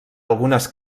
algunes